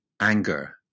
anger